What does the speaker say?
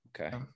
Okay